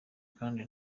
kandi